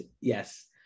yes